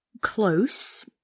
close